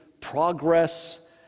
progress